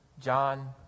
John